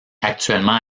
actuellement